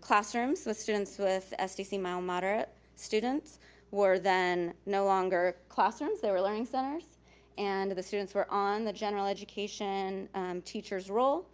classrooms with students with sdc mild moderate students were then no longer classrooms, they were learning centers and the students were on the general education teacher's roll,